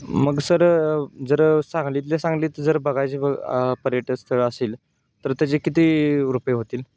मग सर जर सांगलीतल्या सांगलीत जर बघायची बघ पर्यटनस्थळं असेल तर त्याचे किती रुपये होतील